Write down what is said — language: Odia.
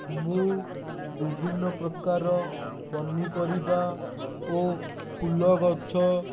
ମୁଁ ବିଭିନ୍ନପ୍ରକାର ପନିପରିବା ଓ ଫୁଲଗଛ